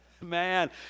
Man